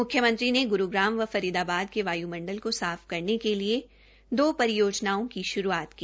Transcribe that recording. मुख्यमंत्री ने गुरूग्राम व फरीदाबाद के वायुमंडल को साफ करने के लिए दो परियोजनाओं की शुरूआत की